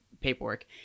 paperwork